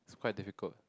quite difficult